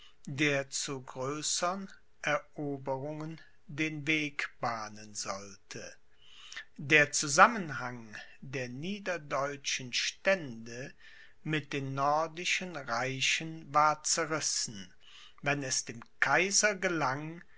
der zu größern eroberungen den weg bahnen sollte der zusammenhang der niederdeutschen stände mit den nordischen reichen war zerrissen wenn es dem kaiser gelang